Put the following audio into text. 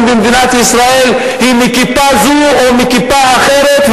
במדינת ישראל הם מכיפה זו או מכיפה אחרת,